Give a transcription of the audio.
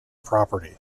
property